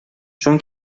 چون